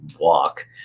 Walk